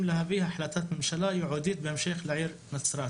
להביא החלטת ממשלה ייעודית בהמשך לעיר נצרת".